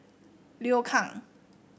Liu Kang